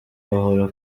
bahora